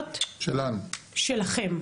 הכבאיות שלכם?